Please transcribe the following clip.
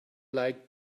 like